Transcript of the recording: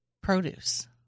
Produce